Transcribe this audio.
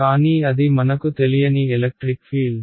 కానీ అది మనకు తెలియని ఎలక్ట్రిక్ ఫీల్డ్